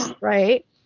right